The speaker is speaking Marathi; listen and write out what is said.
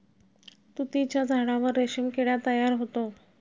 तुतीच्या झाडावर रेशीम किडा तयार होतो